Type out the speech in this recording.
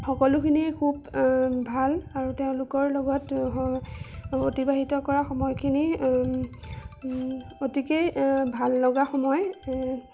সকলোখিনিয়ে খুব ভাল আৰু তেওঁলোকৰ লগত অতিবাহিত কৰা সময়খিনি অতিকেই ভাল লগা সময়